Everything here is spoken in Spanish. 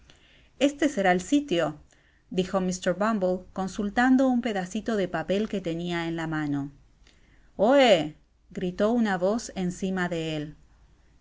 este será el sitio dijo mr uumble consultando un pedaiñlo de papel que tenia en la mano oe gritó una voz encima de él